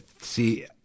see